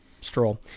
Stroll